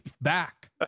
back